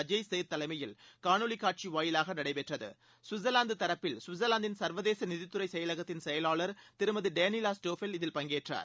அஜய் சேத் தலைமையில் காணொலிக் காட்சி வாயிலாக நடைபெற்றது சுவிட்சர்லாந்து தரப்பில் கவிட்சர்லாந்தின் சர்வதேச நிதித்துறை செயலகத்தின் செயலாளர் திருமதி டேனீலா ஸ்டோஃஃபெல் இதில் பங்கேற்றறர்